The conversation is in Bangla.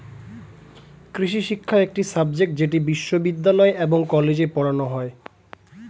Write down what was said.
কৃষিশিক্ষা একটি সাবজেক্ট যেটি বিশ্ববিদ্যালয় এবং কলেজে পড়ানো হয়